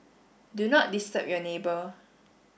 do not disturb your neighbour